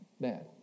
bad